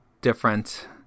different